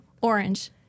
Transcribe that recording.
Orange